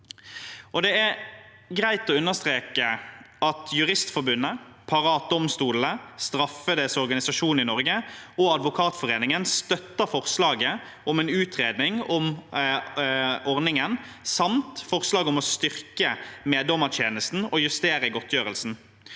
Det er greit å understreke at Juristforbundet, Parat domstolene, Straffedes Organisasjon i Norge og Advokatforeningen støtter forslaget om en utredning av ordningen samt forslaget om å styrke meddommertjenesten og justere godtgjørelsen.